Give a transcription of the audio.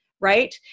right